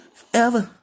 forever